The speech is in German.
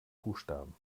buchstaben